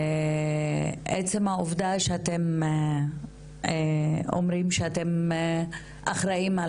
עצם העובדה שאתם אומרים שאתם אחראים על